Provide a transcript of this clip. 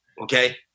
Okay